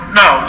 no